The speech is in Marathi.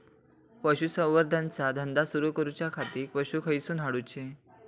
पशुसंवर्धन चा धंदा सुरू करूच्या खाती पशू खईसून हाडूचे?